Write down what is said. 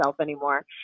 anymore